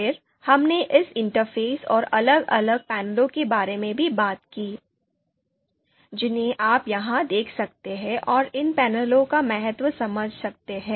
फिर हमने इस इंटरफ़ेस और अलग अलग पैनलों के बारे में भी बात की जिन्हें आप यहाँ देख सकते हैं और इन पैनलों का महत्व समझ सकते हैं